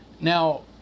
Now